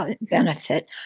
benefit